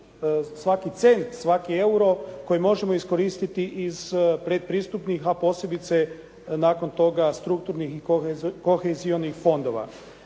svaki cent, svaki euro koji možemo iskoristiti iz predpristupnih a posebice nakon toga strukturnih i kohezionih fondova.